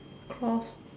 cloth